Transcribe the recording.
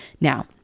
Now